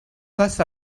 passe